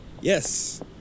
Yes